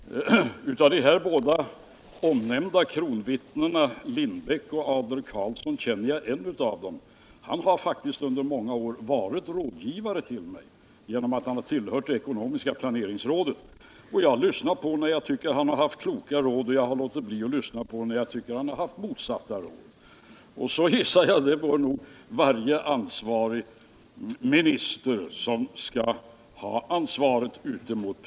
Herr talman! Jag har en känsla av att Gösta Bohman med litet blandade känslor tar emot berömmet från herr Wachtmeister. Är man så gammal i gamet och rutinerad kan man ju uppträda i egna kläder — jag ger Gösta Bohman det erkännandet. Han behöver ingen hjälp, menar jag. När det sedan är fråga om att jag skall be Gud bevara mig för mina vänner, skulle jag kanske vilja förbehålla mig rätten att själv avgöra vilka som är mina speciella vänner. Av de båda nämnda kronvittnena Lindbeck och Adler-Karlsson känner jag den ene. Han har faktiskt under många år varit rådgivare till mig, eftersom han har tillhört det ekonomiska planeringsrådet. Jag har lyssnat på honom när jag har tyckt att han har haft kloka råd att ge, och jag har låtit bli att lyssna när jag har tyckt att han inte har haft det.